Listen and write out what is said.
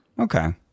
Okay